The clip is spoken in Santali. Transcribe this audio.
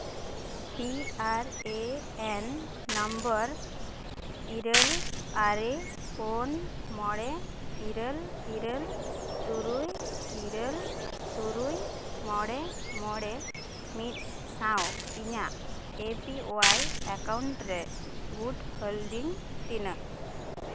P R A N number ᱤᱨᱟᱹᱞ ᱟᱨᱮ ᱯᱩᱱ ᱢᱚᱬᱮ ᱤᱨᱟᱹᱞ ᱤᱨᱟᱹᱞ ᱛᱩᱨᱩᱭ ᱤᱨᱟᱹᱞ ᱛᱩᱨᱩᱭ ᱢᱚᱬᱮ ᱢᱚᱬᱮ ᱢᱤᱫ ᱥᱟᱶ ᱤᱧᱟᱜ ᱮ ᱯᱤ ᱚᱣᱟᱭ ᱮᱠᱟᱣᱩᱱᱴ ᱨᱮ ᱜᱩᱴ ᱦᱳᱞᱰᱤᱝ ᱛᱤᱱᱟᱹᱜ